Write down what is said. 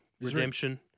Redemption